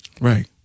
Right